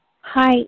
Hi